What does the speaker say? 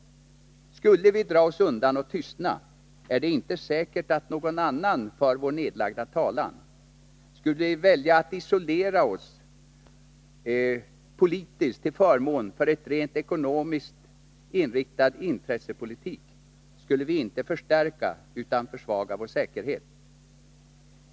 Skulle vi dra oss undan och tystna, är det inte säkert att någon annan för vår nedlagda talan. Skulle vi välja att isolera oss politiskt till förmån för en rent ekonomiskt inriktad intressepolitik, skulle vi inte förstärka utan försvaga vår säkerhet.